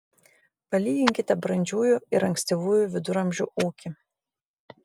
palyginkite brandžiųjų ir ankstyvųjų viduramžių ūkį